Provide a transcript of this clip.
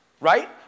right